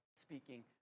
speaking